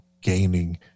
gaining